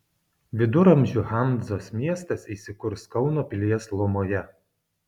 viduramžių hanzos miestas įsikurs kauno pilies lomoje